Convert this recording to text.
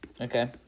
Okay